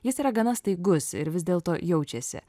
jis yra gana staigus ir vis dėlto jaučiasi